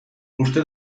uste